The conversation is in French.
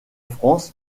france